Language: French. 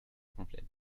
complet